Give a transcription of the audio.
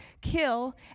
kill